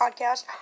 podcast